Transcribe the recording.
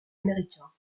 américain